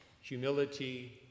humility